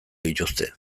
dituzte